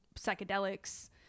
psychedelics